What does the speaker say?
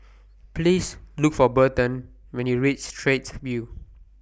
Please Look For Burton when YOU REACH Straits View